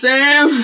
Sam